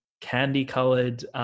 candy-colored